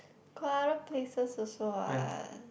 got other places also what